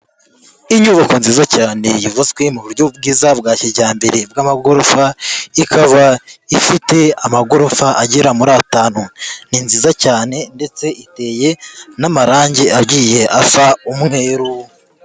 Inyubako nziza cyane yubazwe mu buryo bwiza bwa kijyambere bw'amagorofa, ikaba ifite amagorofa agera muri atanu. Ni nziza cyane ndetse iteye n'amarange agiye asa umweru.